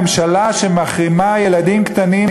ממשלה שמחרימה ילדים קטנים,